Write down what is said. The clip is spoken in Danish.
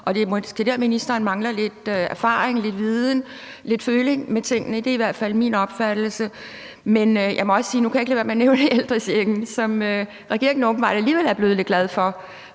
og det er måske der, hvor ministeren mangler lidt erfaring, lidt viden, lidt føling med tingene. Det er i hvert fald min opfattelse. Men nu kan jeg ikke lade være med at nævne ældrechecken, som regeringen åbenbart alligevel er blevet lidt glad for.